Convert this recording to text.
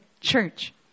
church